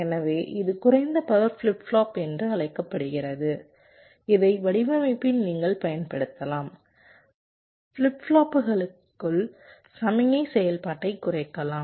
எனவே இது குறைந்த பவர் ஃபிளிப் ஃப்ளாப் என்று அழைக்கப்படுகிறது இதை வடிவமைப்பில் நீங்கள் பயன்படுத்தலாம் ஃபிளிப் ஃப்ளாப்புகளுக்குள் சமிக்ஞை செயல்பாட்டைக் குறைக்கலாம்